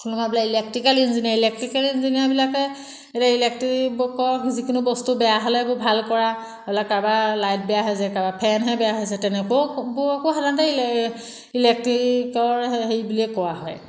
কোনোবা বোলে electrical engineer electrical ইঞ্জিনিয়াৰবিলাকে এতিয়া ইলেক্ট্ৰিকৰ যিখিনি বস্তু বেয়া হ'লে সেইবোৰ ভাল কৰা বোলে কাৰোবাৰ লাইট বেয়া হৈছে কাৰোবাৰ ফেনহে বেয়া হৈছে তেনেকুৱাবোৰকো সাধাৰণতে ইলে ইলেক্ট্ৰিকৰ হেৰি বুলিয়ে কোৱা হয়